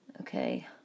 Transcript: Okay